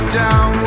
down